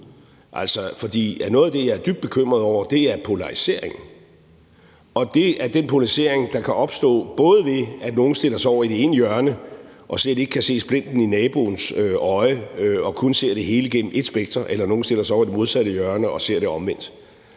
for noget af det, jeg er dybt bekymret over, er polarisering. Det er den polarisering, der kan opstå, både ved at nogle stiller sig over i det ene hjørne og slet ikke kan se det gennem naboens øjne og kun ser det hele gennem ét spekter, og ved at nogle stiller sig over i det modsatte hjørne og ser det omvendt.